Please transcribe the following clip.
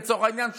לצורך העניין,